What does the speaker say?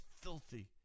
filthy